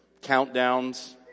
Countdowns